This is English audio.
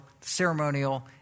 ceremonial